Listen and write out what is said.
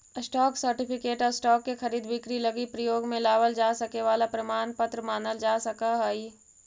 stock certificate stock के खरीद बिक्री लगी प्रयोग में लावल जा सके वाला प्रमाण पत्र मानल जा सकऽ हइ